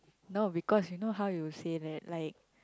now because you know how you say that like